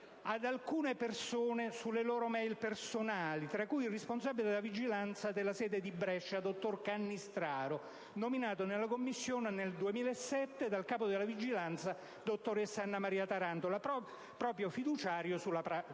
ad alcune persone, tra cui il responsabile della vigilanza della sede di Brescia, dottor Cannistraro, nominato nella commissione nel 2007 dal capo della vigilanza, dottoressa Anna Maria Tarantola, proprio fiduciario sulla piazza